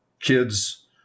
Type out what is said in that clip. kids